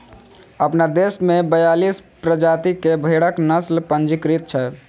अपना देश मे बियालीस प्रजाति के भेड़क नस्ल पंजीकृत छै